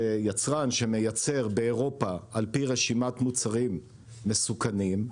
שיצרן שמייצר באירופה על פי רשימת מוצרים מסוכנים,